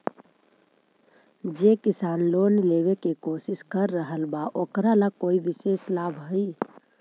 जे किसान लोन लेवे के कोशिश कर रहल बा ओकरा ला कोई विशेष लाभ हई?